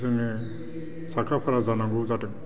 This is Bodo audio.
जोङो साखाफारा जानांगौ जादों